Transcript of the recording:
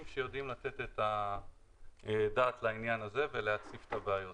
שיודעים לתת את הדעת לעניין הזה ולהציף את הבעיות.